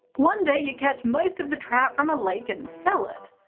one day you catch most of the trout from a lake and sell it.